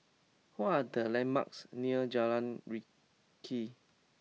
what are the landmarks near Jalan Rakit